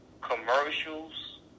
commercials